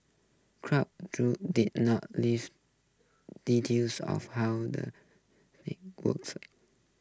did not leave details of how the works up